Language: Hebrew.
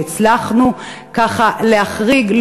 שהצלחנו להחריג,